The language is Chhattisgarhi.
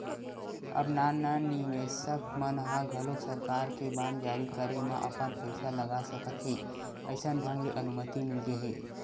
अब नान नान निवेसक मन ह घलोक सरकार के बांड जारी करे म अपन पइसा लगा सकत हे अइसन ढंग ले अनुमति मिलगे हे